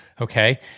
Okay